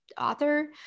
author